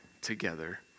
together